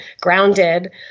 grounded